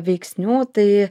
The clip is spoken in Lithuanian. veiksnių tai